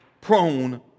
prone